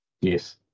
Yes